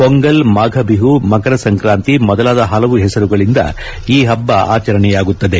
ಪೊಂಗಲ್ ಮಾಫ ಬಿಹು ಮಕರ ಸಂಕ್ರಾಂತಿ ಮೊದಲಾದ ಹಲವು ಹೆಸರುಗಳಿಂದ ಈ ಹಬ್ಬ ಆಚರಣೆಯಾಗುತ್ತದೆ